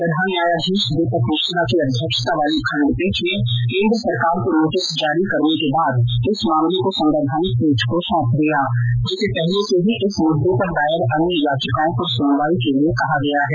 प्रधान न्यायाधीश दीपक मिश्रा की अध्यक्षता वाली खंडपीठ ने केन्द्र सरकार को नोटिस जारी करने के बाद इस मामले को संवैधानिक पीठ को सौंप दिया जिसे पहले से ही इस मुद्दे पर दायर अन्य याचिकाओं पर सुनवाई के लिए कहा गया है